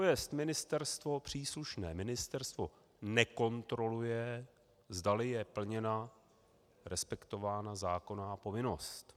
Tedy ministerstvo, příslušné ministerstvo, nekontroluje, zdali je plněna, respektována zákonná povinnost.